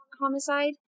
homicide